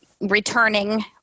returning